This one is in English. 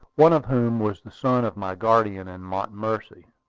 one of whom was the son of my guardian in montomercy,